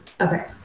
okay